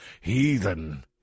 heathen